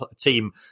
team